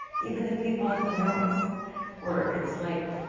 even the people of the north were, it's like,